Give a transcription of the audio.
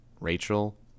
Rachel